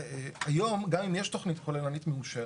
היום גם אם יש תכנית כוללנית מאושרת,